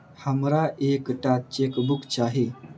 हमरा एक टा चेकबुक चाहि